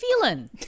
feeling